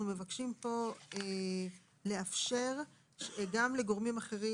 אנחנו מבקשים כאן לאפשר גם לגורמים אחרים